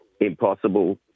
impossible